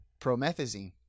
Promethazine